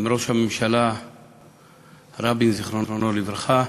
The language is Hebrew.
עם ראש הממשלה רבין, זיכרונו לברכה.